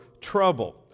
trouble